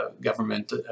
government